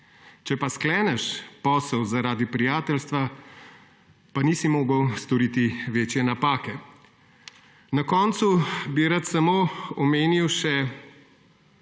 če skleneš posel zaradi prijateljstva, pa nisi mogel storiti večje napake.« Na koncu bi rad samo omenil še